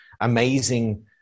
amazing